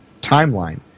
timeline